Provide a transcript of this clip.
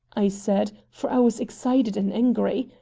i said, for i was excited and angry,